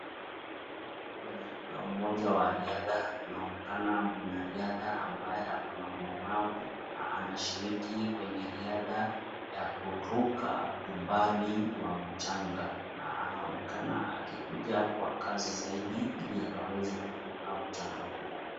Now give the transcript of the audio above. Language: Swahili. Kwenye uga moja wa riadha unaonekana mwanariadha ambaye ako na ulemavu na anashiriki kwenye riadha ya kuruka umbali wa mchanga, na anaonekana akikuja kwa kasi zaidi ili akaweze kuruka mchanga huo.